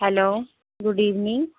hello good evening